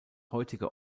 heutige